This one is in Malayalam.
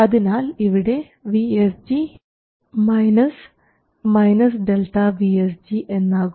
അതിനാൽ ഇവിടെ VSG ΔVSG എന്നാകും